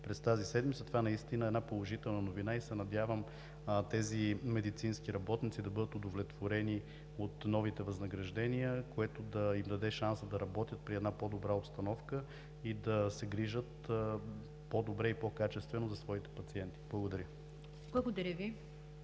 през тази седмица. Това е една положителна новина и се надявам тези медицински работници да бъдат удовлетворени от новите възнаграждения, което да им даде шанс да работят при една по-добра обстановка и да се грижат по-добре и по-качествено за своите пациенти. Благодаря. ПРЕДСЕДАТЕЛ